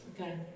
Okay